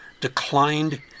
declined